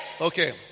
Okay